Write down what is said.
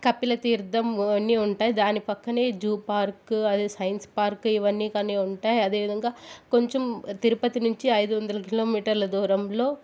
కపిలతీర్థం ఇవన్నీ ఉంటాయి దాని పక్కనే జూ పార్క్ అదే సైన్స్ పార్క్ ఇవన్నీ కానీ ఉంటాయి అదే విధంగా కొంచెం తిరుపతి నుంచి ఐదు వందలు కిలోమీటర్ల దూరంలో